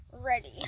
ready